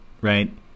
right